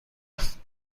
است